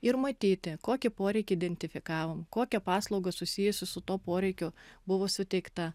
ir matyti kokį poreikį identifikavom kokią paslaugą susijusią su tuo poreikiu buvo suteikta